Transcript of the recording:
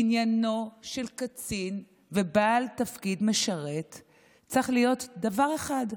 עניינו של קצין ובעל תפקיד משרת צריך להיות דבר אחד,